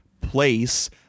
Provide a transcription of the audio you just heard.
place